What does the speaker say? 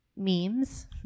memes